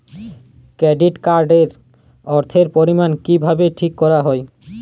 Credit card এর অর্থের পরিমান কিভাবে ঠিক করা হয়?